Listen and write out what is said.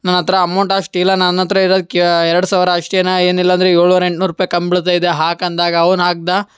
ನನ್ನ ಹತ್ರ ಅಮೌಂಟ್ ಅಷ್ಟಿಲ್ಲ ನನ್ನ ಹತ್ರ ಇರೋದು ಕೇ ಎರಡು ಸಾವಿರ ಅಷ್ಟೇನೆ ಏನಿಲ್ಲ ಅಂದರೆ ಏಳ್ನೂರು ಎಂಟು ನೂರು ರೂಪಾಯ್ ಕಮ್ಮಿ ಬೀಳ್ತಾಯಿದೆ ಹಾಕಿ ಅಂದಾಗ ಅವ್ನು ಹಾಕಿದ